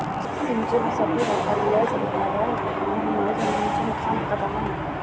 सिंचनासाठी वापरल्या जाणार्या उपकरणांमुळे जमिनीचे नुकसान होता कामा नये